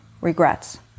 regrets